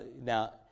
Now